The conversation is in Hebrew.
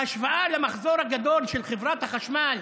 בהשוואה למחזור הגדול של חברת החשמל.